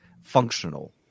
functional